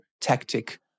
tactic